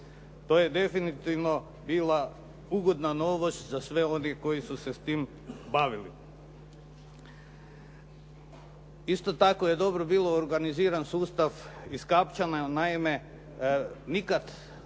To je definitivno bila ugodna novost za sve one koji su se s tim bavili. Isto tako je dobro bilo organiziran sustav iskapčanja. Naime, nikad u